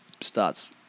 starts